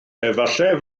efallai